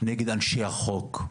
נגד שומרי החוק.